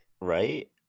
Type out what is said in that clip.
right